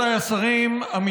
אני